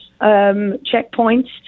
checkpoints